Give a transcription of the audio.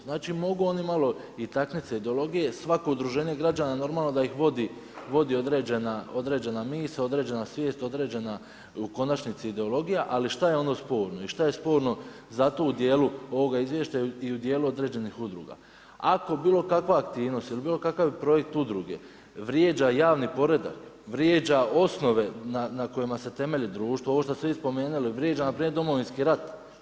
Znači mogu oni malo i taknuti se ideologije, svako udruženje građana normalno da ih vodi određena misao, određena svijest, određena u konačnici ideologija, ali šta je ono sporno i šta je sporno za taj dio ovog izvješća i u djelu određenih udruga, ako bilo kakva aktivnost i bilo kakav projekt udruge vrijeđa javni poredak, vrijeđa osnove na kojima se temelji društvo, ovo što ste vi spomenuli, vrijeđa npr. Domovinski rat.